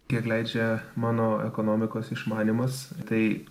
kiek leidžia mano ekonomikos išmanymas tai